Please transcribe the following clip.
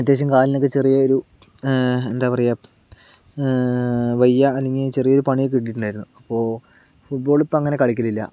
അത്യാവശ്യം കാലിനൊക്കെ ചെറിയ ഒരു എന്താ പറയുക വയ്യ അല്ലെങ്കിൽ ചെറിയ ഒരു പണിയൊക്കെ കിട്ടിട്ടുണ്ടായിരുന്നു അപ്പോൾ ഫുട്ബോൾ ഇപ്പോൾ അങ്ങനെ കളിക്കുന്നില്ല